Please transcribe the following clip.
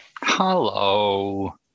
Hello